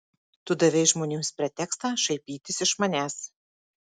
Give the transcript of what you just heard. tu davei žmonėms pretekstą šaipytis iš manęs